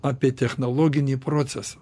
apie technologinį procesą